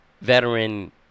veteran